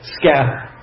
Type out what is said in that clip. scatter